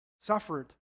suffered